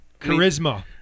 Charisma